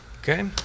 Okay